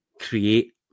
create